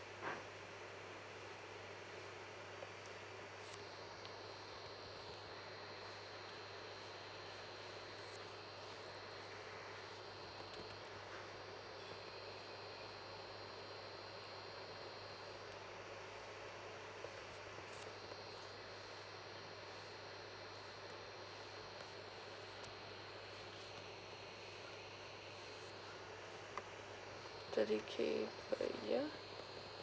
thirty K per year